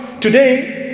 Today